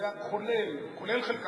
זה כולל, נכון?